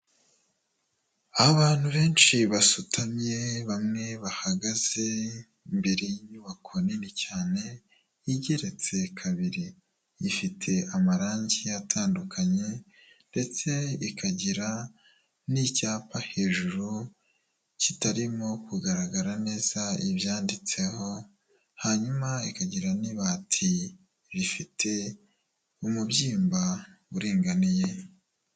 Abantu benshi basutamye, bamwe bahagaze imbere y'inyubako nini cyane igeretse kabiri, ifite amarangi atandukanye ndetse ikagira n'icyapa hejuru kitarimo kugaragara neza ibyanditseho, hanyuma ikagira n'ibati rifite umubyimba uringaniye.